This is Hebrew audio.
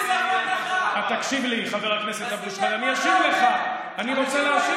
אדוני היושב-ראש, ישראל ביתנו, אני מתקשה להבין: